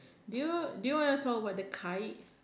do you do you want talk about the kite